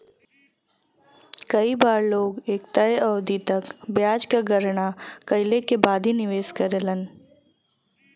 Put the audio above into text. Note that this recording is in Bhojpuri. कई बार लोग एक तय अवधि तक ब्याज क गणना कइले के बाद ही निवेश करलन